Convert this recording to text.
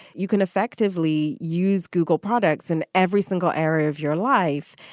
you can effectively use google products in every single area of your life.